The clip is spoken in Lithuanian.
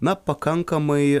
na pakankamai